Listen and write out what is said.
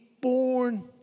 born